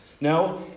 No